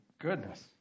Goodness